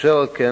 אשר על כן,